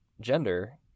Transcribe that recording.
gender